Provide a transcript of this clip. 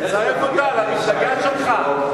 תצרף אותה למפלגה שלך.